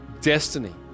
destiny